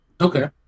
Okay